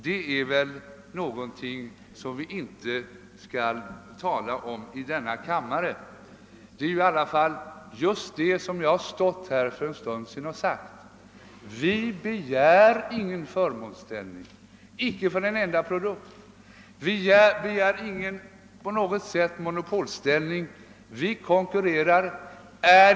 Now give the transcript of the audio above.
Det är någonting som inte behöver sägas i denna kammare. Jag har ju för en stund sedan sagt att fabriksverken inte begär någon förmånsställning för någon enda produkt. Man begär ingen monopolställning, utan skall konkurrera.